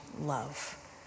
love